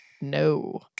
No